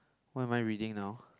what am I reading now